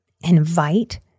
Invite